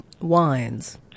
wines